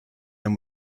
and